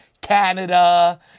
Canada